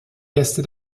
gäste